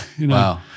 Wow